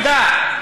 שהוצמדה,